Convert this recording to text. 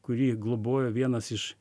kurį globoja vienas iš